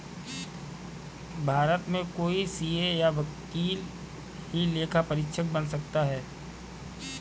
भारत में कोई सीए या वकील ही लेखा परीक्षक बन सकता है